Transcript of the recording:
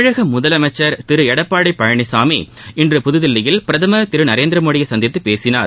தமிழக முதலமைச்சர் திரு எடப்பாடி பழனிசாமி இன்று புதுதில்லியில் பிரதமர் திரு நரேந்திர மோடியை சந்தித்து பேசினார்